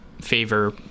favor